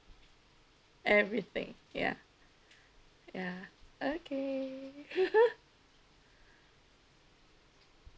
everything ya ya okay